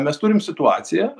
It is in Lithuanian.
mes turim situaciją